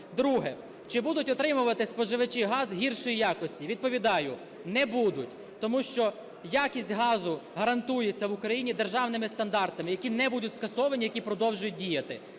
Друге. Чи будуть отримувати споживачі газ гіршої якості? Відповідаю. Не будуть. Тому що якість газу гарантується в Україні державними стандартами, які не будуть скасовані, які продовжують діяти.